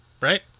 Right